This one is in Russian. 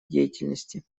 деятельности